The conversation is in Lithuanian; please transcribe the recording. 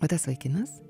o tas vaikinas